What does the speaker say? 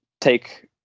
take